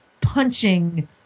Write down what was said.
punching